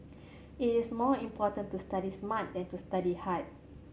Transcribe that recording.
it is more important to study smart than to study hard